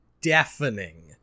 deafening